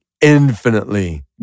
infinitely